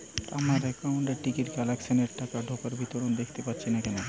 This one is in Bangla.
আমার একাউন্ট এ টিকিট ক্যান্সেলেশন এর টাকা ঢোকার বিবরণ দেখতে পাচ্ছি না কেন?